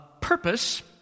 purpose